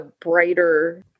brighter